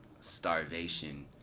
starvation